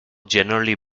generally